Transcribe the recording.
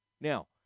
now